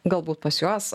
galbūt pas juos